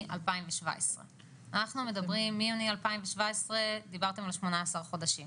2017. מיוני 2017 דיברתם על 18 חודשים.